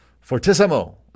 fortissimo